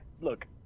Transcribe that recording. look